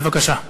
בבקשה.